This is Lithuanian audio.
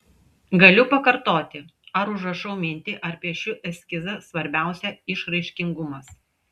galiu pakartoti ar užrašau mintį ar piešiu eskizą svarbiausia išraiškingumas